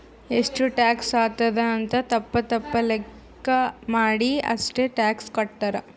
ಎಷ್ಟು ಟ್ಯಾಕ್ಸ್ ಆತ್ತುದ್ ಅಂತ್ ತಪ್ಪ ತಪ್ಪ ಲೆಕ್ಕಾ ಮಾಡಿ ಅಷ್ಟೇ ಟ್ಯಾಕ್ಸ್ ಕಟ್ತಾರ್